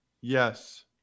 Yes